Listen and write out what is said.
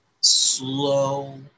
slow